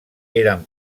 eren